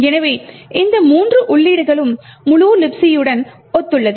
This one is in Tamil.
எனவே இந்த மூன்று உள்ளீடுகளும் முழு Libc உடன் ஒத்துள்ளது